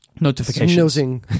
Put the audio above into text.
notifications